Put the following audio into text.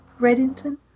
Reddington